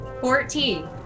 Fourteen